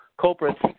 culprits